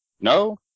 No